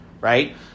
right